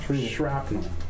shrapnel